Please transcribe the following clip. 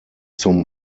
zum